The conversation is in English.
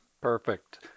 perfect